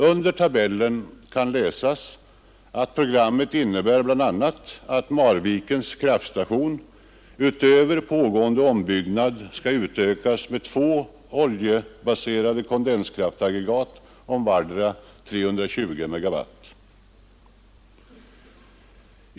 Under tabellen kan läsas att programmet innebär bl.a. att Marvikens kraftstation — utöver pågående ombyggnad — skall utökas med två oljebaserade kondenskraftaggregat om vartera 320 MW.